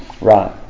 Right